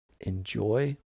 enjoy